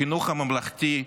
החינוך הממלכתי,